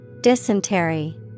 Dysentery